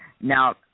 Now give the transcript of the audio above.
Now